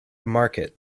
market